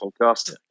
podcast